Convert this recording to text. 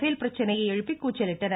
பேல் பிரச்சினையை எழுப்பி கூச்சலிட்டனர்